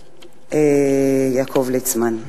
יעקב ליצמן.